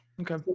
okay